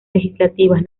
legislativas